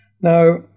Now